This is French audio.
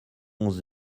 onze